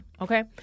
Okay